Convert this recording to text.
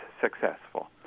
successful